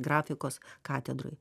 grafikos katedroj